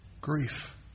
grief